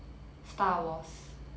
star wars